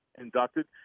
inducted